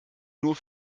nur